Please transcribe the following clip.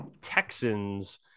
Texans